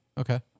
Okay